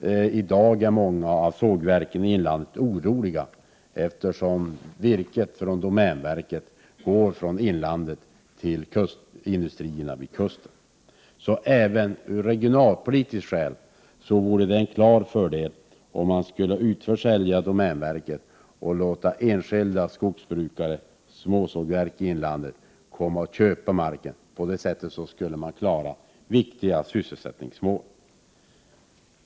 I dag är många sågverk i inlandet oroliga, eftersom virket från domänverket går från inlandet till industrierna vid kusten. Även från regionala synpunkter vore det en klar fördel att utförsälja domänverket och låta enskilda skogsbrukare och små sågverk i inlandet köpa mark. Därigenom skulle man kunna klara vissa sysselsättningsmål.